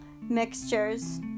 mixtures